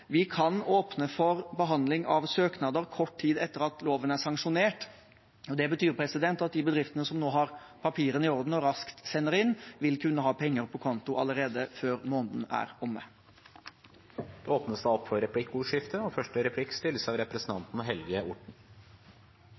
Vi kan åpne for behandling av søknader kort tid etter at loven er sanksjonert. Det betyr at de bedriftene som nå har papirene i orden og raskt sender inn, vil kunne ha penger på konto allerede før måneden er omme. Det blir replikkordskifte. Representanten Kaski lurte på hvem vi hadde omsorg for